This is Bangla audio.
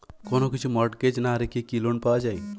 কোন কিছু মর্টগেজ না রেখে কি লোন পাওয়া য়ায়?